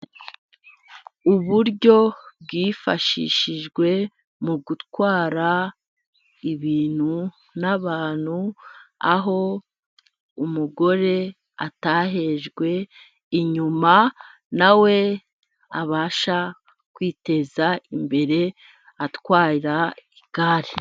Uburyo bwifashishijwe mu gutwara ibintu n'abantu ,aho umugore atahejwe inyuma , nawe abasha kwiteza imbere atwara igare.